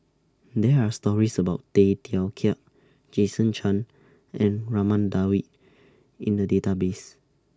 There Are stories about Tay Teow Kiat Jason Chan and Raman Daud in The Database